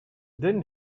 din